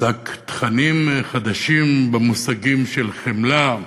שיצק תכנים חדשים במושגים חמלה,